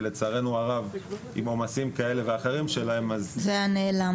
ולצערנו הרב עם עומסים כאלה ואחרים שלהם --- זה היה נעלם.